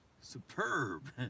superb